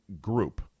group